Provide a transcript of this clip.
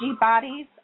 bodies